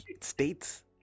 states